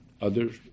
Others